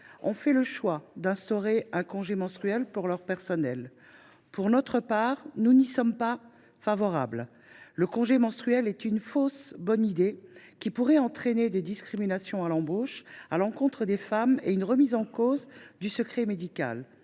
ont fait le choix de l’instaurer pour leurs salariées ; pour notre part, nous n’y sommes pas favorables. Un tel congé est une fausse bonne idée, qui pourrait entraîner des discriminations à l’embauche à l’encontre des femmes et une remise en cause du secret médical.